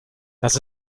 das